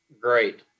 great